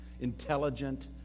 intelligent